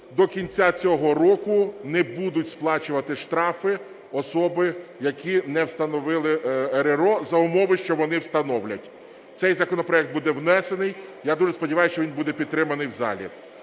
до кінця цього року не будуть сплачувати штрафи особи, які не встановили РРО, за умови, що вони встановлять. Цей законопроект буде внесений, я дуже сподіваюсь, що він буде підтриманий в залі.